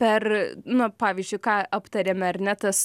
per na pavyzdžiui ką aptarėme ar ne tas